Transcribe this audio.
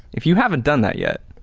if you haven't done that yet,